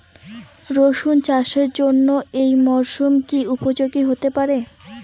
রসুন চাষের জন্য এই মরসুম কি উপযোগী হতে পারে?